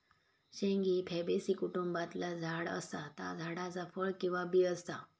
शेंग ही फॅबेसी कुटुंबातला झाड असा ता झाडाचा फळ किंवा बी असा